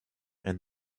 and